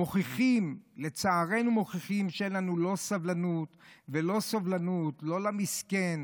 מוכיחות שאין לנו לא סבלנות ולא סובלנות לא למסכן,